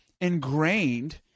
ingrained